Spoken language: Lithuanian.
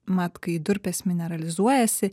mat kai durpės mineralizuojasi